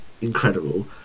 incredible